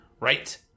right